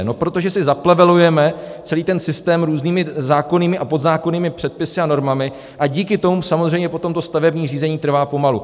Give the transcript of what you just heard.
No protože si zaplevelujeme celý ten systém různými zákonnými a podzákonnými předpisy a normami a díky tomu samozřejmě potom to stavební řízení trvá pomalu.